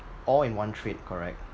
all in one trade correct